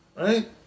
right